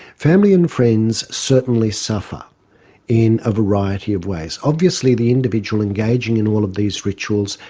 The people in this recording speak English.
family and friends certainly suffer in a variety of ways. obviously the individual engaging in all of these rituals,